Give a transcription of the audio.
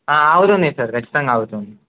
ఆగుతుంది సార్ ఖచ్చితంగా ఆగుతుంది